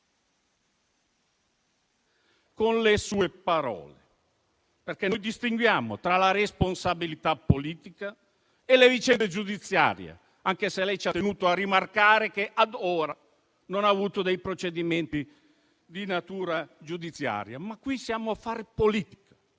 al Paese. Noi, infatti, distinguiamo tra la responsabilità politica e le vicende giudiziarie, anche se lei ci ha tenuto a rimarcare che ad ora non ha avuto procedimenti di natura giudiziaria. Qui però siamo a fare politica,